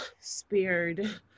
speared